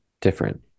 different